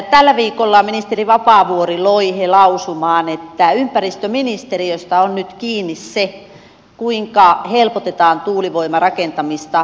tällä viikolla ministeri vapaavuori loihe lausumaan että ympäristöministeriöstä on nyt kiinni se kuinka helpotetaan tuulivoimarakentamista